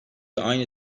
aynı